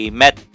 met